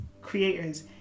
creators